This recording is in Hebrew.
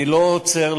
אני לא עוצר,